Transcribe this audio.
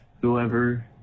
whoever